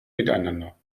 miteinander